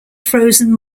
frozen